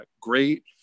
Great